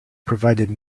provided